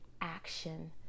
action